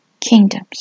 kingdoms